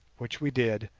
which we did,